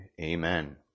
Amen